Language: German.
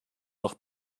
doch